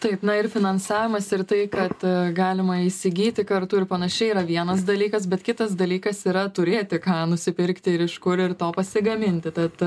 taip na ir finansavimas ir tai kad galima įsigyti kartu ir panašiai yra vienas dalykas bet kitas dalykas yra turėti ką nusipirkti ir iš kur ir to pasigaminti tad